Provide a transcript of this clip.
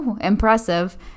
impressive